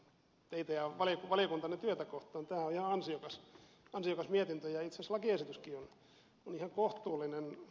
tämä on ihan ansiokas mietintö ja itse asiassa lakiesityskin on ihan kohtuullinen